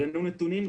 הבאנו נתונים,